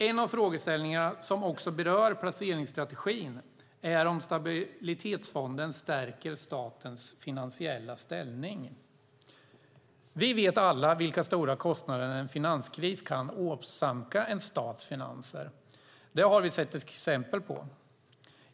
En av frågeställningarna, som också berör placeringsstrategin, är om Stabilitetsfonden stärker statens finansiella ställning. Vi vet alla vilka stora kostnader en finanskris kan åsamka en stats finanser. Det har vi sett exempel på.